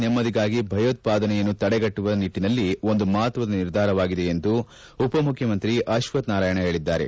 ನೆಮ್ನದಿಗಾಗಿ ಭಯೋತ್ವಾದನೆಯನ್ನು ತಡೆಗಟ್ಟುವ ನಿಟ್ಟನಲ್ಲಿ ಇದೊಂದು ಮಹತ್ವದ ನಿರ್ಧಾರವಾಗಿದೆ ಉಪಮುಖ್ಯಮಂತ್ರಿ ಆಶ್ವಥ್ ನಾರಾಯಣ ಹೇಳಿದ್ದಾರೆ